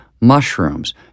mushrooms